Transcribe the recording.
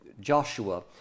Joshua